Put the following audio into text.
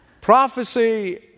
prophecy